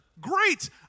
Great